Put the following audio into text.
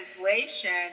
Translation